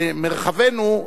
במרחבנו,